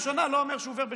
הם ביקשו אורכה מבג"ץ,